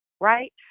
right